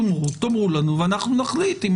תאמרו לנו ואנחנו נחליט.